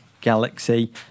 Galaxy